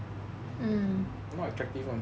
not attractive [one]